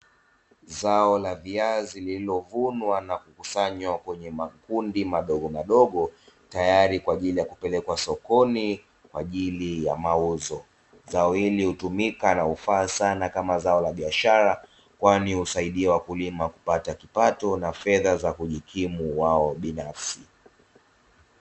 Zao la viazi lililovunwa na kukusanywa kwenye makundi madogomadogo, tayari kwa ajili ya kupelekwa sokoni kwa ajili ya mauzo. Zao hili hutumika na hufaa sana kama zao la biashara kwani husaidia wakulima kupata kipato na fedha za kujikimu wao binafsi.